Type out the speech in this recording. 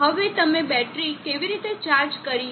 હવે અમે બેટરી કેવી રીતે ચાર્જ કરીએ